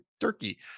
turkey